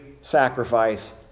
sacrifice